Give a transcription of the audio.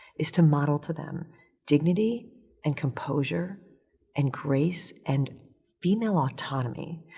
is to model to them dignity and composure and grace and female autonomy.